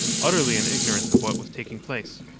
utterly in ignorance of what was taking place.